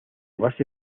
base